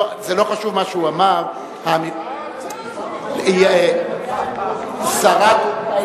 זה לא חשוב מה הוא אמר, העניין הזה היום?